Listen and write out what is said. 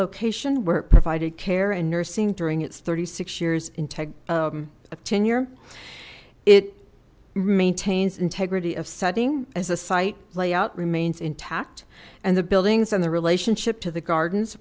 location where it provided care and nursing during its thirty six years in tech of tenure it maintains integrity of setting as a site layout remains intact and the buildings and the relationship to the gardens